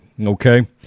Okay